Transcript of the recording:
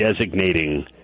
designating